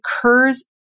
occurs